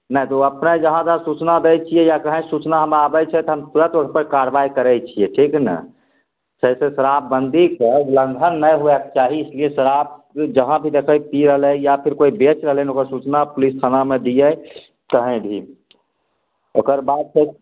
नहि तऽ ओ अपने जहाँ जहाँ सूचना दै छियै या कहीं से सूचना हमरा आबै छै तऽ हम तुरत ओहि पर कार्रबाइ करै छियै ठीक ने जैसे शराब बंदीके उल्लंघन नहि हुएके चाही इसीलिए शराब जहाँ भी देखियै पी रहलै या फिर कोइ बेच रहलै हन ओकर सूचना पुलिस थानामे दियै कहीं भी ओकर बाद